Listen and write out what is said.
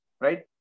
right